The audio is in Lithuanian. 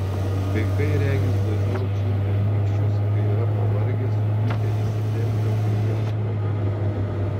vaikai regis dažniau čiulpia nykščius kai yra pavargę supykę įsitempę kai jiems nuobodu